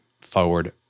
forward